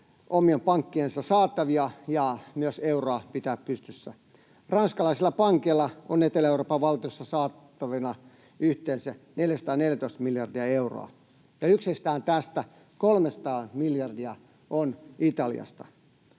omien pankkiensa saatavia ja myös euroa pitää pystyssä. Ranskalaisilla pankeilla on Etelä-Euroopan valtioissa saatavana yhteensä 414 miljardia euroa, ja yksistään tästä 300 miljardia on Italiasta,